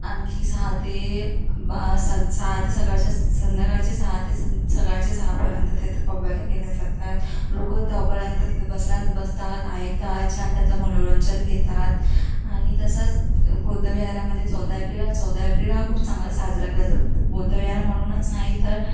आणखी सहा ते बा सं सहा ते सकाळच्या संध्याकाळचे सहा ते सं सकाळचे सहापर्यंत त्यात कव्वाल्या केल्या जातात लोक त्यापर्यंत तिथं बसल्या बसतात ऐकतात छान त्यांचं मनोरंजन घेतात आणि तसंच बुद्धविहारामध्ये चौदा एप्रिल चौदा एप्रिल हा खूप चांगला साजरा केला जातो बुद्धविहार म्हणूनच नाही तर